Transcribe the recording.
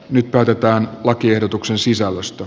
nyt päätetään lakiehdotuksen sisällöstä